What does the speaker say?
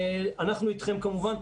אנחנו אתכם כמובן,